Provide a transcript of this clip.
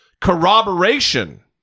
corroboration